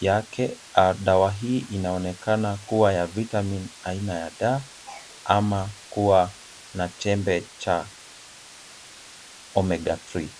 vyake. Dawa hii inaonekana kuwa ya vitamin aina ya D ama kuwa na chembe cha Omega 3.